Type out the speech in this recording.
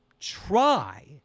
try